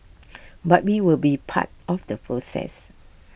but we will be part of the process